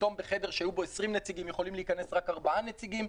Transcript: פתאום בחדר שהיו בו 20 נציגים יכולים להיכנס רק ארבעה נציגים.